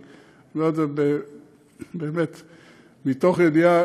אני אומר מתוך ידיעה,